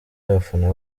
y’abafana